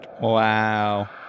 Wow